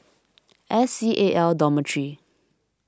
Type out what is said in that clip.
S C A L Dormitory